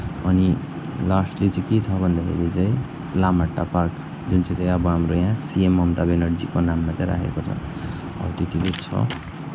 अनि लास्टली चाहिँ के छ भन्दाखेरि चाहिँ लामाहट्टा पार्क जुन चाहिँ चाहिँ अब हाम्रो यहाँ सिएम ममता ब्यानर्जीको नाममा चाहिँ राखेको छ हौ त्यति चाहिँ छ